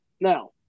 now